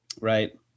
Right